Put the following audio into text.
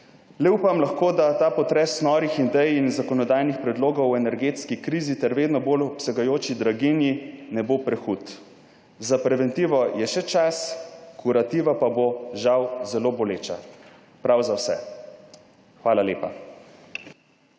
Le upam lahko, da ta potres norih idej in zakonodajnih predlogov v energetski krizi ter vedno bolj obsegajoči draginji ne bo prehud. Za preventivo je še čas, kurativa pa bo žal zelo boleča, prav za vse. Hvala lepa.